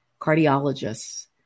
cardiologists